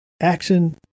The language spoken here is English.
action